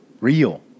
real